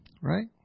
Right